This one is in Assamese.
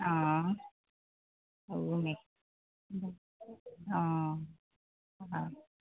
অঁ হ'ব নে অঁ অঁ